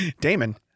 Damon